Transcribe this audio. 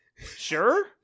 sure